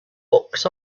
books